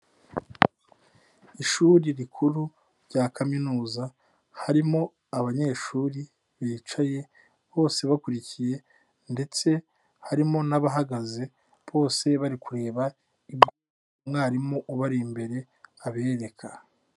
Ishuri rikuru rya kaminuza, harimo abanyeshuri bicaye bose bakurikiye ndetse harimo n'abahagaze bose bari kureba ibyo umwarimu ubari imbere abereka.